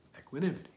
equanimity